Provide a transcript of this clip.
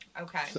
Okay